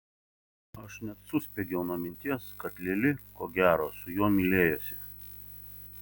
aš net suspiegiau nuo minties kad lili ko gero su juo mylėjosi